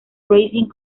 racing